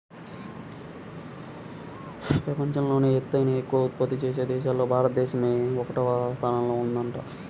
పెపంచంలోనే పత్తిని ఎక్కవగా ఉత్పత్తి చేసే దేశాల్లో భారతదేశమే ఒకటవ స్థానంలో ఉందంట